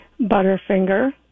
Butterfinger